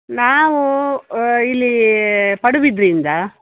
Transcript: ನಾವೂ ಇಲ್ಲೀ ಪಡುಬಿದ್ರಿಯಿಂದ